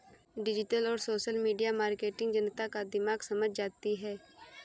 digital और social media marketing जनता का दिमाग समझ जाती है